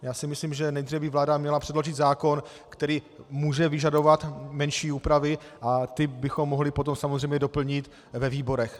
Já si myslím, že nejdříve by vláda měla předložit zákon, který může vyžadovat menší úpravy, ty bychom mohli potom samozřejmě doplnit ve výborech.